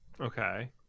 Okay